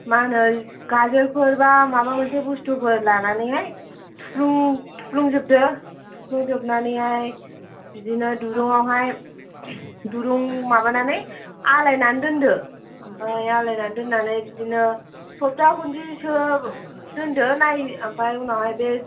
मा होनो गाजोलफोर बा माबा मोनसे बुस्थुफोर लानानैहाय थुफ्लुं थुफ्लुंजोबदो थुफ्लुंजोबनानैहाय बिदिनो दुरुंआव दुरुं माबानानै आलायनानै दोनदो ओमफ्राय आलायनानै दोननानै बिदिनो सपथा खनसेसो दोनदो नाय ओमफ्राय उनावहाय बे